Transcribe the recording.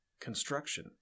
construction